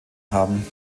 haben